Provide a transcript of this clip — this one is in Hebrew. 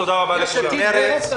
תודה רבה, הישיבה נעולה.